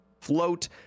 float